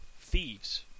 thieves